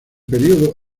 periodo